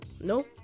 No